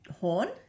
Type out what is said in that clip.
horn